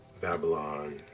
Babylon